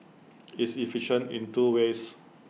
it's efficient in two ways